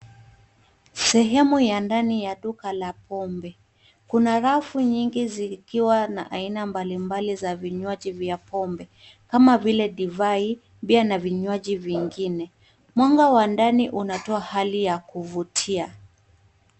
Sehemu ya ndani ya duka la pombe. Kuna rafu nyingi zikiwa na aina mbali mbali za vinywaji vya pombe, kama vile divai, beer , na vinywaji vingine. Mwanga wa ndani unatoa hali ya kuvutia.